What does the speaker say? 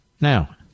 Now